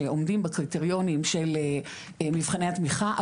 שעומדים בקריטריונים של מבחני התמיכה,